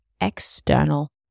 external